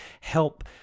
help